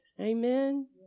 Amen